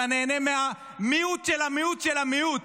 אתה נהנה מהמיעוט של המיעוט של המיעוט